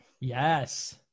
Yes